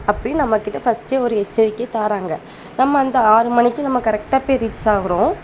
அப்படின்னு நம்மகிட்ட ஃபஸ்ட்டே ஒரு எச்சரிக்கை தாராங்கள் நம்ம அந்த ஆறு மணிக்கு நம்ம கரெக்டாக போய் ரீச் ஆகுறோம்